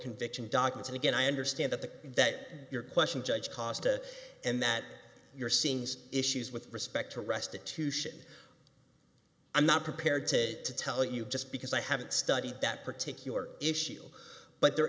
conviction dockets and again i understand that the that your question judge costa and that you're seeing these issues with respect to restitution i'm not prepared to tell you just because i haven't studied that particular issue but there